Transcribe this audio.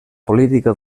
política